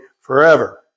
forever